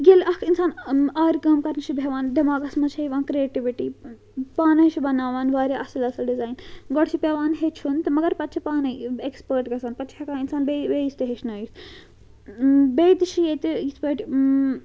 ییٚلہِ اَکھ اِنسان آرِ کٲم کَرنہٕ چھِ بیٚہوان دٮ۪ماغَس منٛز چھےٚ یِوان کرٛیٹِیوِٹی پانٕے چھِ بَناوان واریاہ اَصٕل اَصٕل ڈِزاِن گۄڈٕ چھُ پیٚوان ہیٚچھُن تہٕ مگر پَتہٕ چھِ پانے ایٚکٕسپٲٹ گژھان پَتہٕ چھِ ہیٚکان اِنسان بیٚیہِ بیٚیِس تہِ ہیٚچھنٲیِتھ بیٚیہِ تہِ چھِ ییٚتہِ یِتھ پٲٹھۍ